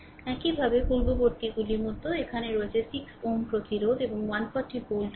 একইভাবে পূর্ববর্তীগুলির মতো এখানেও রয়েছে একটি 6 Ω প্রতিরোধ এবং 140 ভোল্ট উত্স